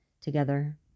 together